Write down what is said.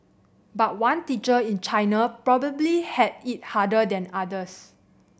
but one teacher in China probably had it harder than others